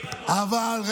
יש הבדל אם זו עיר,